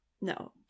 No